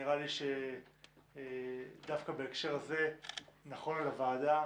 נראה לי שבהקשר הזה נכונו לוועדה